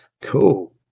Cool